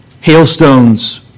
hailstones